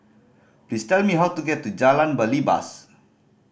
please tell me how to get to Jalan Belibas